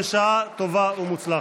בשעה טובה ומוצלחת.